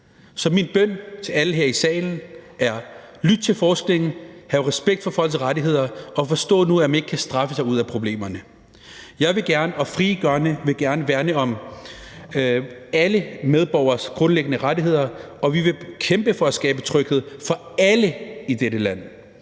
Så min bøn til alle her i salen er: Lyt til forskningen, hav respekt for folks rettigheder, og forstå nu, at man ikke kan straffe sig ud af problemerne. Jeg og Frie Grønne vil gerne værne om alle medborgeres grundlæggende rettigheder, og vi vil kæmpe for at skabe tryghed for alle i dette land